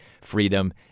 freedom